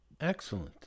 Excellent